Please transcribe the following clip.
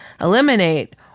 eliminate